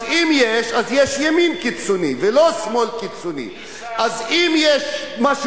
אז אם יש, אז יש ימין קיצוני ולא שמאל קיצוני.